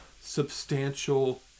substantial